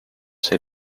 see